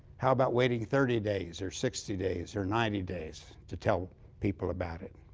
how about waiting thirty days, or sixty days, or ninety days to tell people about it?